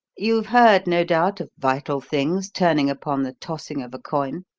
you've heard, no doubt, of vital things turning upon the tossing of a coin.